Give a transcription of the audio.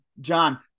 John